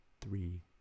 three